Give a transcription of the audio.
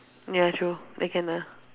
ya true they can ah